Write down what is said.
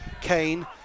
Kane